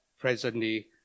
presently